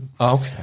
Okay